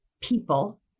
people